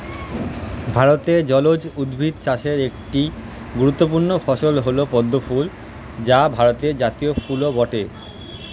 ভারতে জলজ উদ্ভিদ চাষের একটি গুরুত্বপূর্ণ ফসল হল পদ্ম ফুল যা ভারতের জাতীয় ফুলও বটে